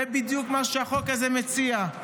זה בדיוק מה שהחוק הזה מציע.